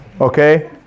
Okay